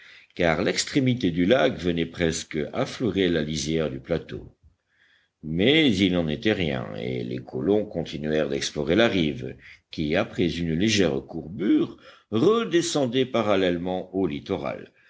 car l'extrémité du lac venait presque affleurer la lisière du plateau mais il n'en était rien et les colons continuèrent d'explorer la rive qui après une légère courbure redescendait parallèlement au littoral